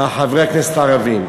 חברי הכנסת הערבים.